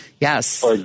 Yes